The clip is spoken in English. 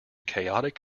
chaotic